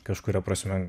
kažkuria prasme